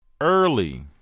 Early